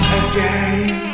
again